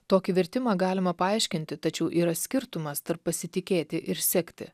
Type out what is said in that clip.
tokį vertimą galima paaiškinti tačiau yra skirtumas tarp pasitikėti ir sekti